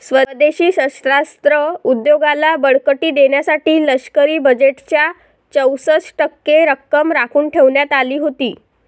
स्वदेशी शस्त्रास्त्र उद्योगाला बळकटी देण्यासाठी लष्करी बजेटच्या चौसष्ट टक्के रक्कम राखून ठेवण्यात आली होती